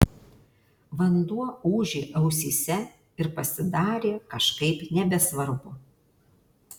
vanduo ūžė ausyse ir pasidarė kažkaip nebesvarbu